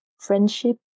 friendship